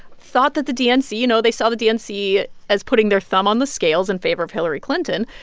thought that the dnc you know, they saw the dnc as putting their thumb on the scales in favor of hillary clinton.